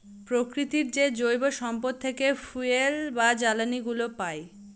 প্রকৃতির যে জৈব সম্পদ থেকে ফুয়েল বা জ্বালানিগুলো পাই